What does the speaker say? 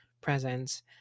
presence